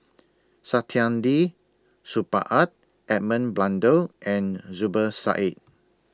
Saktiandi Supaat and Edmund Blundell and Zubir Said